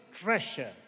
treasure